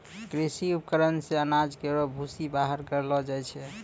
कृषि उपकरण से अनाज केरो भूसी बाहर करलो जाय छै